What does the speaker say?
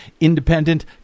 independent